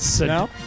No